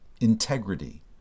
Integrity